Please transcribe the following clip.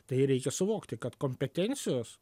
tai reikia suvokti kad kompetencijos